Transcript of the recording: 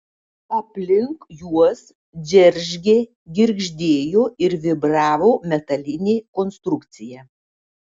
aplink juos džeržgė girgždėjo ir vibravo metalinė konstrukcija